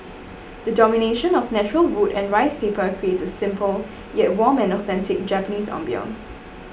the domination of natural wood and rice paper creates a simple yet warm and authentic Japanese ambience